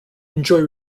enjoy